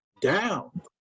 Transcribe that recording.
down